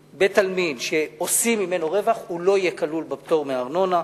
שבית-עלמין שעושים ממנו רווח לא יהיה כלול בפטור מהארנונה.